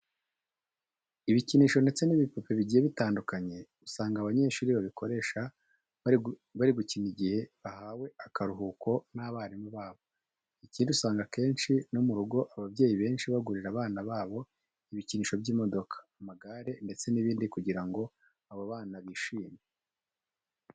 Ibikinisho ndetse n'ibipupe bigiye bitandukanye usanga abanyeshuri babikoresha bari gukina igihe bahawe akaruhuko n'abarimu babo. Ikindi usanga akenshi no mu rugo ababyeyi benshi bagurira abana babo ibikinisho by'imodoka, amagare ndetse n'ibindi kugira ngo abo bana bishime.